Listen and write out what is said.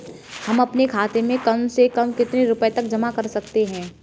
हम अपने खाते में कम से कम कितने रुपये तक जमा कर सकते हैं?